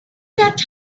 that